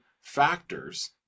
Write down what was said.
factors